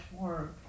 more